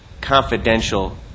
confidential